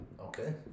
Okay